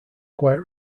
quite